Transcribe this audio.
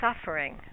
suffering